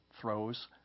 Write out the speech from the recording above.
throws